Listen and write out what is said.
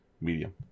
medium